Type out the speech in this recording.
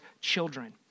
children